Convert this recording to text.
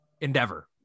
endeavor